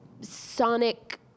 sonic